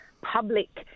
public